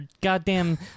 goddamn